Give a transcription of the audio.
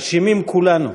אשמים כולנו.